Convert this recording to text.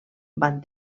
van